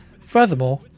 Furthermore